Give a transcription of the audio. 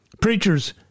Preachers